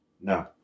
No